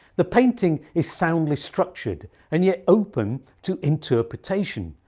the painting is soundly structured and yet open to interpretation,